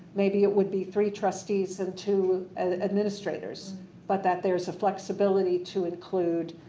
maybe it would be three trustees and two administrators but that there is a flexibility to include